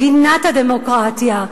מדינת הדמוקרטיה.